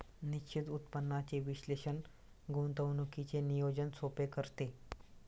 निश्चित उत्पन्नाचे विश्लेषण गुंतवणुकीचे नियोजन सोपे करते